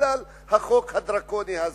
בגלל החוק הדרקוני הזה.